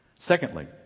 Secondly